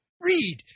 read